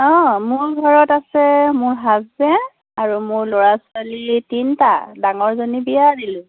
অঁ মোৰ ঘৰত আছে মোৰ হাজবেণ্ড আৰু মোৰ ল'ৰা ছোৱালী তিনিটা ডাঙৰজনী বিয়া দিলোঁ